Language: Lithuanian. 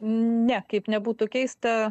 ne kaip nebūtų keista